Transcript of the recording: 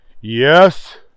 Yes